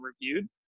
reviewed